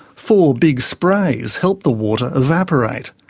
four big sprays help the water evaporate.